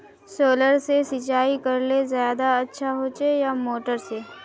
Solar से सिंचाई करले ज्यादा अच्छा होचे या मोटर से?